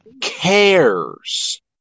cares